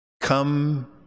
come